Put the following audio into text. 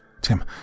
Tim